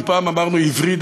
אם פעם אמרנו "עברי,